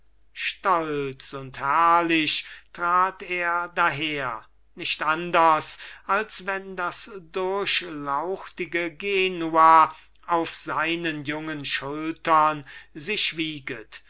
stolz und herrlich trat er daher nicht anders als wenn das durchlauchtige genua auf seinen jungen schultern sich wiegte